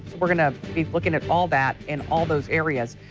we'll be looking at all that in all those areas.